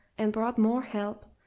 and brought more help,